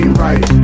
right